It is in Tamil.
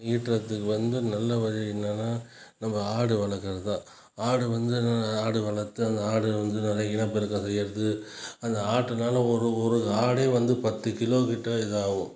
ஈட்டுகிறதுக்கு வந்து நல்ல வழி என்னென்னா நம்ம ஆடு வளர்க்குறது தான் ஆடு வந்து ஆடு வளர்த்து ஆடு வந்து நிறைய இனப்பெருக்கம் செய்கிறது அந்த ஆட்டுனால் ஒரு ஒரு ஒரு ஆடே வந்து பத்துகிலோ கிட்ட இதாகும்